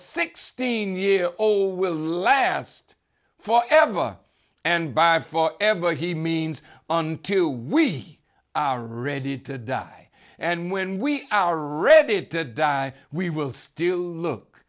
sixteen year old will last for ever and by for ever he means until we are ready to die and when we our reddit to die we will still look